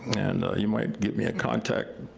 and you might give me a contact,